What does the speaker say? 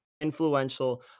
influential